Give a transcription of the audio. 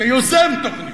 שיוזם תוכנית,